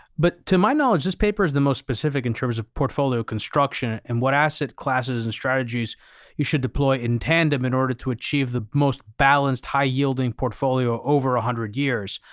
but to my knowledge, this paper is the most specific in terms of portfolio construction and what asset classes and strategies you should deploy in tandem in order to achieve the most balanced high yielding portfolio over one ah hundred years.